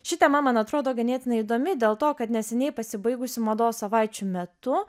ši tema man atrodo ganėtinai įdomi dėl to kad neseniai pasibaigusių mados savaičių metu